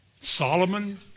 Solomon